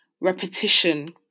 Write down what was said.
repetition